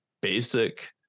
basic